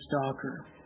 stalker